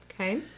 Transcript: Okay